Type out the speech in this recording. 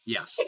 Yes